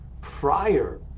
prior